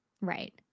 Right